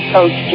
Coach